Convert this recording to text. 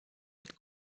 mit